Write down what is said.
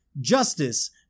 Justice